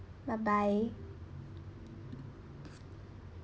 bye bye